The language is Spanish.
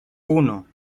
uno